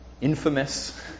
infamous